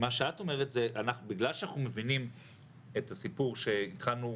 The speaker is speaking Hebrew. בגלל שאנחנו מבינים את הסיפור שהתחלנו,